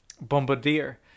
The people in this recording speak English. bombardier